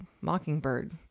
Mockingbird